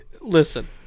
listen